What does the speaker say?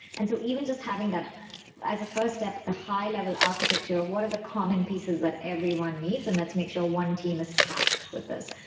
and so even just having that as a first step, the high-level architecture, what are the common pieces that everyone needs and let's make sure one team is tasked with this.